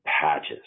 patches